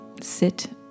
sit